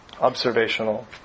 observational